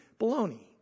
Baloney